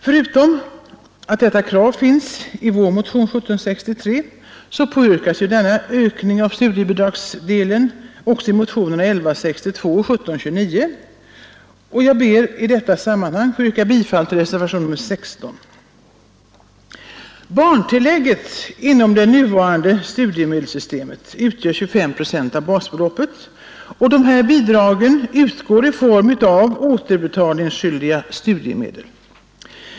Förutom att detta krav finns i vår motion 1763 påyrkas denna ökning av studiebidragsdelen i motionerna 1162 och 1729. Jag ber i detta sammanhang att få yrka bifall till reservationen 16. Barntillägget inom det nuvarande studiemedelssystemet utgör 25 procent av basbeloppet, och dessa bidrag utgår i form av återbetalningsskyldiga studiemedel.